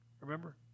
Remember